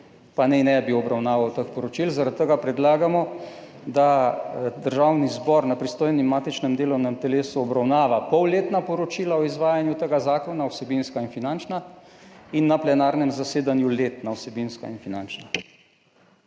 pa naj ne bi obravnaval teh poročil. Zaradi tega predlagamo, da Državni zbor na pristojnem matičnem delovnem telesu obravnava polletna poročila o izvajanju tega zakona, vsebinska in finančna, in na plenarnem zasedanju letna vsebinska in finančna.